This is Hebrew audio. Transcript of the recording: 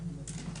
כן.